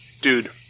Dude